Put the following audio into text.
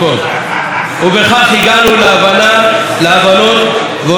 ובכך הגענו להבנות והוספה בתקציב.